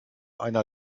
einer